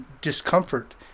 Discomfort